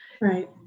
right